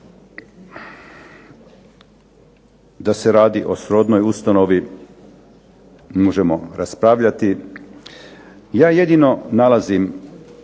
Da se radi o srodnoj ustanovi možemo raspravljati. Ja jedino nalazim,